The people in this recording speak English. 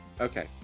Okay